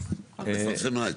לפרסם מה?